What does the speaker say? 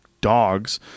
dogs